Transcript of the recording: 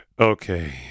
Okay